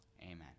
amen